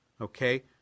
Okay